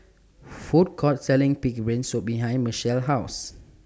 Food Court Selling Pig'S Brain Soup behind Mechelle's House